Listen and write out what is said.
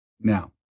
now